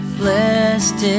blessed